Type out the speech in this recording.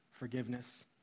forgiveness